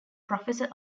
professor